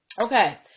Okay